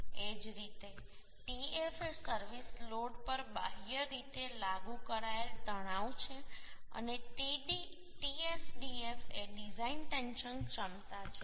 એ જ રીતે Tf એ સર્વિસ લોડ પર બાહ્ય રીતે લાગુ કરાયેલ તણાવ છે અને Tsdf એ ડિઝાઇન ટેન્શન ક્ષમતા છે